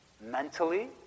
mentally